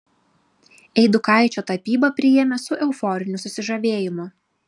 eidukaičio tapybą priėmė su euforiniu susižavėjimu